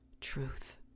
truth